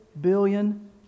billion